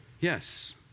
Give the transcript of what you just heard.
Yes